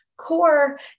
Core